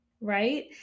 right